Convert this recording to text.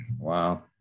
Wow